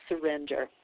Surrender